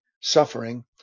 suffering